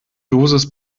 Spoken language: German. dosis